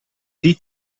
die